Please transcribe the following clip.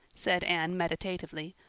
said anne meditatively,